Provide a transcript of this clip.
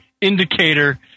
indicator